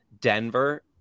Denver